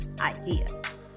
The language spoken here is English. ideas